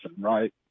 right